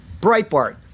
Breitbart